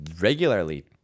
regularly